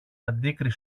αντίκρυ